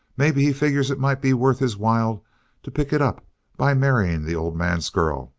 maybe he figures it might be worth his while to pick it up by marrying the old man's girl.